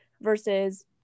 versus